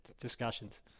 discussions